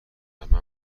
عمه